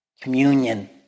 communion